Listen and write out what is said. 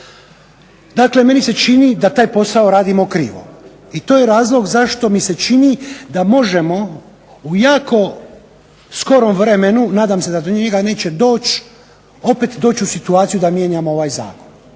Dakle, meni se čini da taj posao radimo krivo i to je razlog zašto mi se čini da možemo u jako skorom vremenu, nadam se da do njega neće doći, opet doći u situaciju da mijenjamo ovaj zakon.